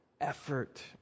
effort